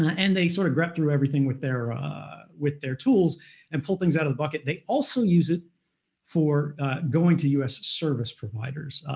and they sort of grope through everything with their with their tools and pull things out of the bucket. they also use it for going to us service providers.